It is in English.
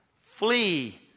Flee